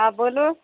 हँ बोलू